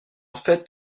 fait